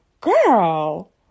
Girl